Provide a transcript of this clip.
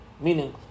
Meaning